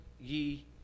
ye